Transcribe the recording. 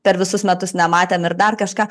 per visus metus nematėm ir dar kažką